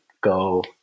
go